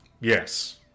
Yes